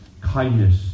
kindness